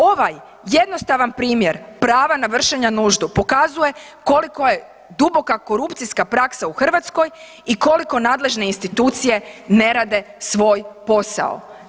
Ovaj jednostavan primjer prava na vršenje nužde, pokazuje koliko je duboka korupcijska praksa u Hrvatskoj i koliko nadležne institucije ne rade svoj posao.